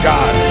God